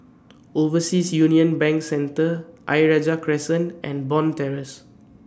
Overseas Union Bank Centre Ayer Rajah Crescent and Bond Terrace